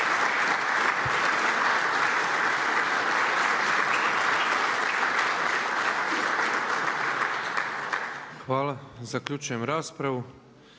Hvala. Zaključujem raspravu.